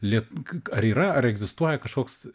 lie k k ar yra ar egzistuoja kažkoks